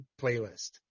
playlist